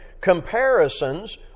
comparisons